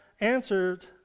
answered